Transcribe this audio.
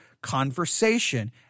conversation